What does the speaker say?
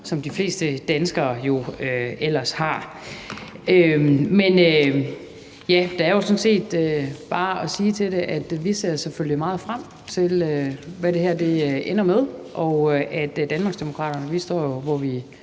som de fleste danskere jo ellers har. Men der er sådan set bare det at sige til det, at vi selvfølgelig ser meget frem til at finde ud af, hvad det her ender med, og at Danmarksdemokraterne jo står, hvor vi